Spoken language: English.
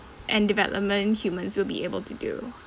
and development humans will be able to do